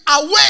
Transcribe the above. away